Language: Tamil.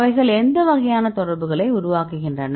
அவைகள் எந்த வகையான தொடர்புகளை உருவாக்குகின்றன